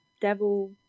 devil